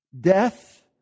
death